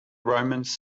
romans